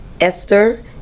Esther